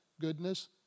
goodness